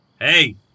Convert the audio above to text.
Hey